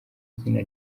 izina